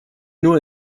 nur